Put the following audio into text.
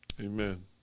Amen